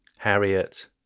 Harriet